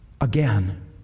again